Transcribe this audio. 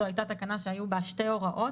זו הייתה תקנה שהיו בה שתי הוראות,